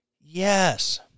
Yes